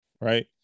Right